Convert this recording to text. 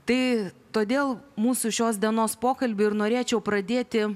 tai todėl mūsų šios dienos pokalbį ir norėčiau pradėti